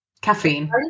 caffeine